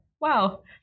wow